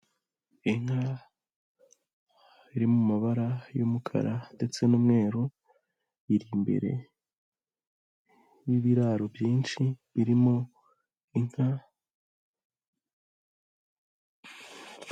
Inka iri mu mabara y'umukara ndetse n'umweru, iri imbere y'ibiraro byinshi birimo inka.